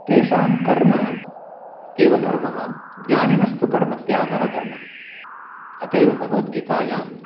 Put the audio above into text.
तेषां कर्म एव धर्मः ज्ञानिनस्तु कर्मत्यागः धर्मः अतः एव भगवद्गीतायां